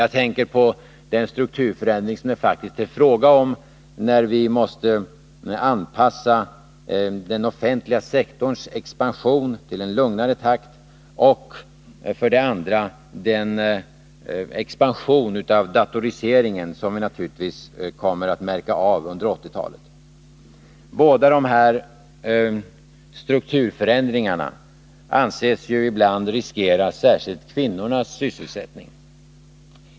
Jag tänker för det första på den strukturförändring som det faktiskt är fråga om när vi måste anpassa den offentliga sektorns expansion till en lugnare takt och för det andra på den expansion av datoriseringen som vi naturligtvis kommer att märka av under 1980-talet. Båda dessa strukturförändringar anses ju ibland riskera särskilt kvinnornas sysselsättning.